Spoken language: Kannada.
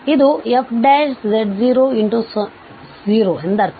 ಆದ್ದರಿಂದ ಇದು fz0×0 ಎಂದರ್ಥ